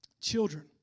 children